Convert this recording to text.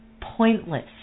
pointless